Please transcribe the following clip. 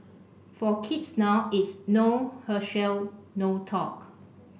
for kids now it's no Herschel no talk